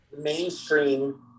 mainstream